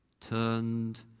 turned